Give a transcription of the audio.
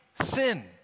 sin